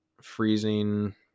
freezing